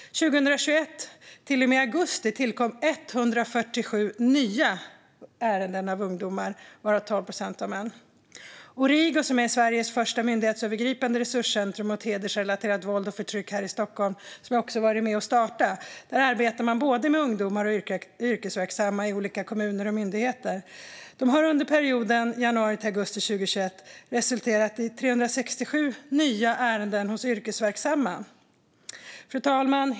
Under 2021 till och med augusti tillkom 147 nya ärenden med ungdomar, varav 12 procent var män. Origo, som är Sveriges första myndighetsövergripande resurscentrum mot hedersrelaterat våld och förtryck här i Stockholm och som jag också har varit med och startat, arbetar med både ungdomar och yrkesverksamma i olika kommuner och myndigheter. Det har under perioden januari-augusti 2021 resulterat i 367 nya ärenden hos yrkesverksamma. Fru talman!